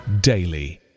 daily